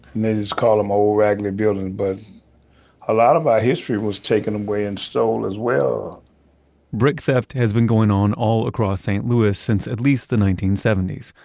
and they just call them old raggly building, but a lot of our history was taken away and stolen as well brick theft has been going on all across st. louis since at least the nineteen seventy s.